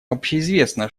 общеизвестно